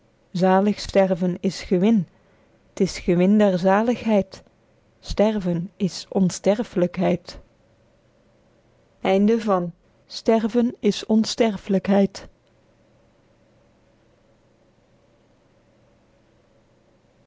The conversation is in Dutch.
zalig sterven is gewin t is gewin der zaligheid sterven is onsterflykheid